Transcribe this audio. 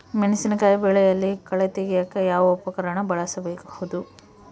ಮೆಣಸಿನಕಾಯಿ ಬೆಳೆಯಲ್ಲಿ ಕಳೆ ತೆಗಿಯಾಕ ಯಾವ ಉಪಕರಣ ಬಳಸಬಹುದು?